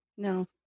No